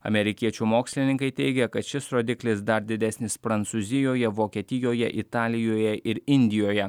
amerikiečių mokslininkai teigia kad šis rodiklis dar didesnis prancūzijoje vokietijoje italijoje ir indijoje